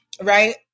right